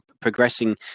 progressing